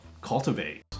cultivate